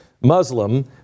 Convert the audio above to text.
Muslim